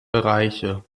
bereiche